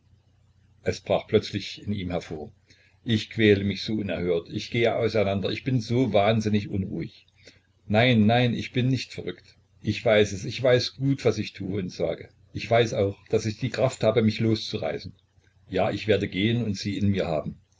es brach plötzlich in ihm hervor ich quäle mich so unerhört ich gehe auseinander ich bin so wahnsinnig unruhig nein nein ich bin nicht verrückt ich weiß es ich weiß gut was ich tue und sage ich weiß auch daß ich die kraft habe mich loszureißen ja ich werde gehen und sie in mir haben